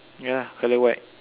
ya colour white